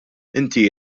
inti